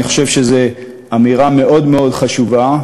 אני חושב שזה אמירה מאוד מאוד חשובה,